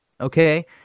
okay